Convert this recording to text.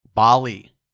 bali